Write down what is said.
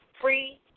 free